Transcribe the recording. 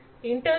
industry four